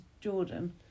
Jordan